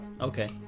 Okay